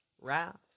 wrath